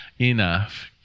enough